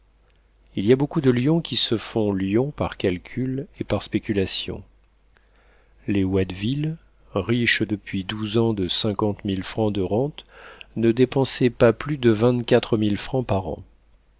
il y a beaucoup de lions qui se font lions par calcul et par spéculation les watteville riches depuis douze ans de cinquante mille francs de rentes ne dépensaient pas plus de vingt-quatre mille francs par an